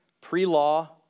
pre-law